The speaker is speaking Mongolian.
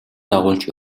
дагуулж